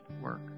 work